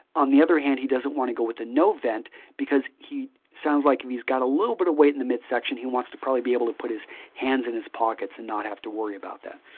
on the other hand, he doesn't want to go with the no vent because he sounds like he's got a little bit of weight in the midsection. he wants to probably be able to put his hands in his pockets and not have to worry about that.